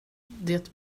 det